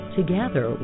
Together